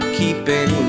keeping